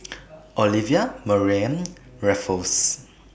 Olivia Mariamne Raffles